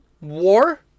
war